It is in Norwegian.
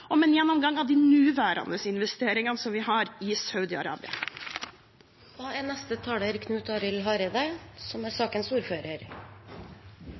om en gjennomgang av de nåværende investeringene vi har i Saudi-Arabia. Dei problemstillingane som